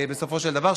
בסופו של דבר,